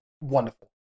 wonderful